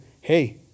Hey